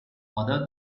other